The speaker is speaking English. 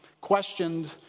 questioned